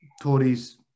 tories